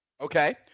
Okay